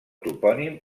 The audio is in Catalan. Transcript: topònim